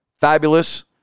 fabulous